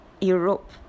Europe